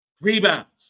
rebounds